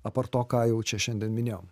apart to ką jau čia šiandien minėjom